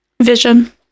Vision